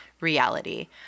reality